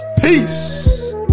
Peace